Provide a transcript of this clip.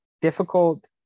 difficult